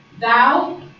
thou